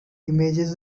images